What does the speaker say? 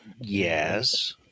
yes